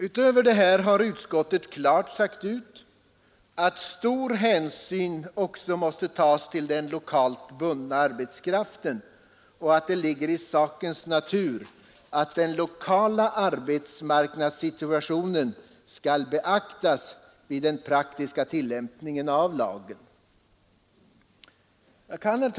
Utöver detta har utskottet klart sagt ut att stor hänsyn måste tas till den lokalt bundna arbetskraften och att det ligger i sakens natur att den lokala arbetsmarknadssituationen skall beaktas vid den praktiska tillämpningen av lagen. Herr talman!